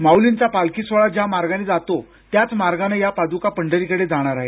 माउलींचा पालखी सोहळा ज्या मार्गाने जातो त्याच मार्गानं या पादुका पंढरीकडे जाणार आहेत